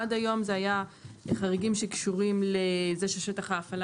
עד היום זה היה חריגים שקשורים לזה ששטח ההפעלה